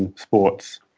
and sports,